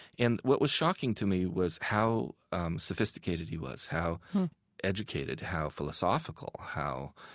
and what was shocking to me was how sophisticated he was, how educated, how philosophical. how